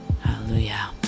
hallelujah